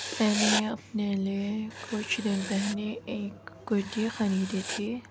میں نے اپنے لیے کچھ دن پہلے ایک کرتی خریدی تھی